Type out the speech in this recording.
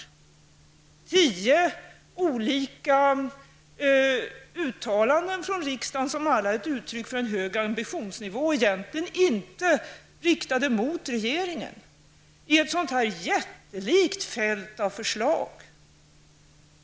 Utskottet förelsår tio olika uttalanden från riksdagen, som alla är uttryck för en hög ambitionsnivå och som egentligen inte är riktade mot regeringen -- i ett sådant här jättelikt fält av förslag.